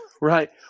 Right